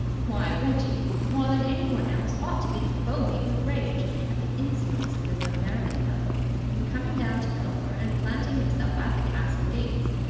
why, reggie, more than anyone else, ought to be foaming with rage at the insolence of this american fellow in coming down to belpher and planting himself at the castle gates.